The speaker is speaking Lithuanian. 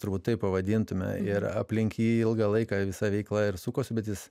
turbūt taip pavadintume ir aplink jį ilgą laiką visa veikla ir sukosi bet jis